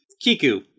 kiku